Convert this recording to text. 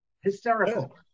hysterical